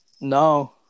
no